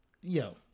Yo